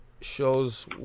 shows